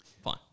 Fine